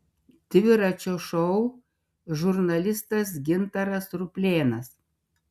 dviračio šou žurnalistas gintaras ruplėnas